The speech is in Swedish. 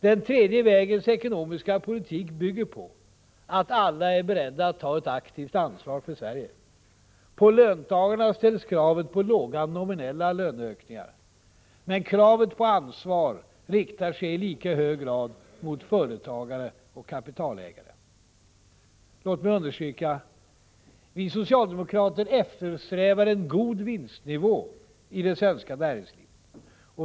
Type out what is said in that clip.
Den tredje vägens ekonomiska politik bygger på att alla är beredda att ta ett aktivt ansvar för Sverige. På löntagarna ställs kravet på låga nominella 3 löneökningar. Men kravet på ansvar riktar sig i lika hög grad mot företagare och kapitalägare. Låt mig understryka: Vi socialdemokrater eftersträvar en god vinstnivå i det svenska näringslivet.